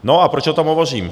No a proč o tom hovořím?